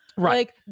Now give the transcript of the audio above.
Right